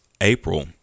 April